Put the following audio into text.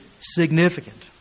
significant